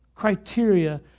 criteria